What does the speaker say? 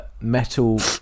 metal